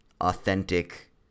authentic